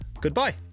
Goodbye